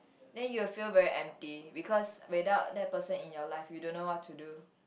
then you'll feel very empty because without that person in your life you don't know what to do